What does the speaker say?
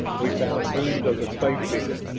we found tombs of the space people,